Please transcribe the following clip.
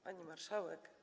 Pani Marszałek!